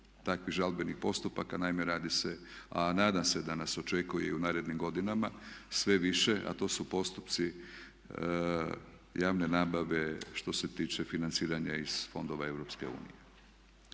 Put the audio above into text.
takvih žalbenih postupaka. Naime, radi se, a nadam se da nas očekuje i u narednim godinama sve više a to su postupci javne nabave što se tiče financiranja iz fondova